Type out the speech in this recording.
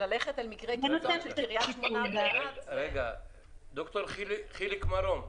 ללכת על מקרה קיצוני של קריית-שמונה ואילת -- ד"ר חיליק מרום,